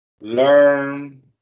learn